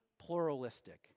Pluralistic